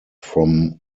from